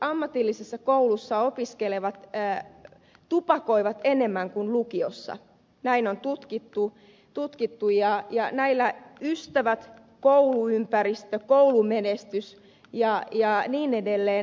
ammatillisessa koulussa opiskelevat tupakoivat enemmän kuin lukiossa opiskelevat näin on tutkittu ja ystävillä kouluympäristöllä koulumenestyksellä ja niin edelleen